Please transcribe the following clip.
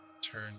Turn